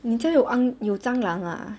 你家有肮又蟑螂啊